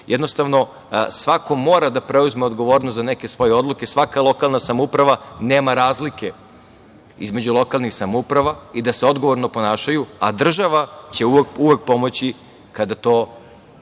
jednostavno svako mora da preuzme odgovornost za neke svoje odluke, svaka lokalna samouprava, nema razlike između lokalnih samouprava i da se odgovorno ponašaju, a država će uvek pomoći kada to